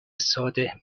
ساده